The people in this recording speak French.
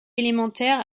élémentaire